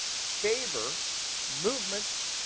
favor movements,